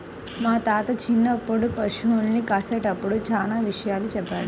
మా తాత చిన్నప్పుడు పశుల్ని కాసేటప్పుడు చానా విషయాలు చెప్పాడు